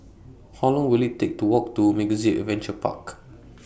How Long Will IT Take to Walk to MegaZip Adventure Park